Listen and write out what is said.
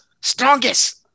Strongest